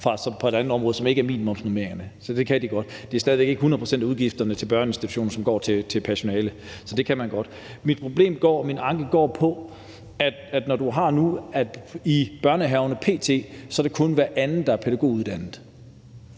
fra et andet område, som ikke er minimumsnormeringerne. Det er stadig væk ikke 100 pct. af udgifterne til børneinstitutionerne, som går til personale. Så det kan de godt gøre. Min anke går på, at det i børnehaverne p.t. kun er hver anden, der er pædagoguddannet,